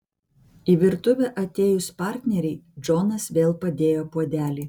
į virtuvę atėjus partnerei džonas vėl padėjo puodelį